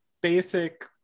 basic